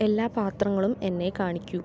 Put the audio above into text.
എല്ലാ പാത്രങ്ങളും എന്നെ കാണിക്കൂ